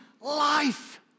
life